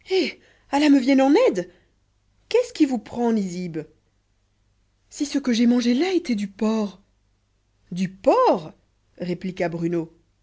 eh allah me vienne en aide qu'est-ce qui vous prend nizib si ce que j'ai mangé là était du porc du porc répliqua bruno